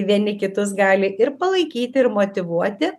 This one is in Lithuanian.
vieni kitus gali ir palaikyti ir motyvuoti